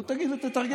נו, תגיד, תתרגם לי.